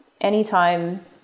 anytime